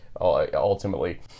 ultimately